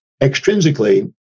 extrinsically